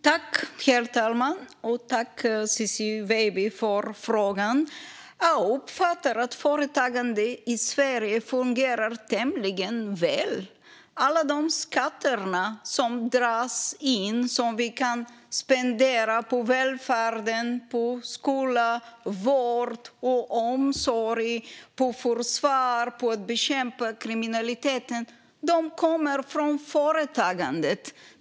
Herr talman! Tack, Ciczie Weidby, för frågan! Jag uppfattar att företagandet i Sverige fungerar tämligen väl. Alla de skatter som dras in och som vi kan spendera på välfärden, på skola, vård och omsorg, på försvaret och på att bekämpa kriminaliteten kommer från företagandet.